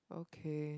okay